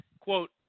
quote